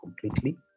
completely